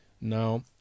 Now